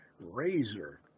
razor